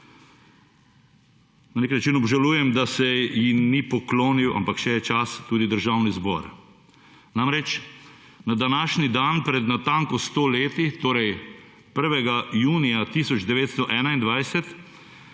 Na nek način obžalujem, da se ji ni poklonil, ampak je še čas, tudi Državni zbor. Namreč, na današnji dan pred natanko 100 leti, torej 1. junija 1921